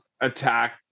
attack